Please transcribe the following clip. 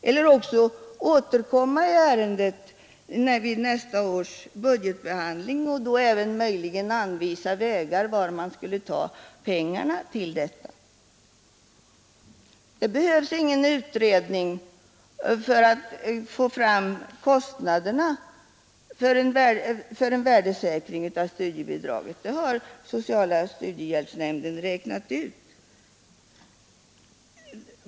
Eller också borde de återkomma i ärendet vid nästa års budgetbehandling och då även möjligen anvisa varifrån man skulle ta pengarna till detta. Det behövs ingen utredning för att få fram kostnaderna för en värdesäkring av studiebidraget. Det har sociala studiehjälpsnämnden räknat ut.